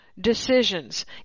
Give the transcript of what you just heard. decisions